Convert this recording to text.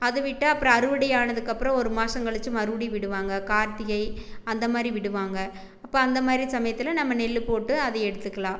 அதை விட்டால் அப்புறம் அறுவடையானதுக்கப்புறம் ஒரு மாதம் கழிச்சு மறுபடியும் விடுவாங்க கார்த்திகை அந்த மாதிரி விடுவாங்க அப்போ அந்த மாதிரி சமயத்தில் நம்ம நெல் போட்டு அதை எடுத்துக்கலாம்